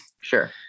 Sure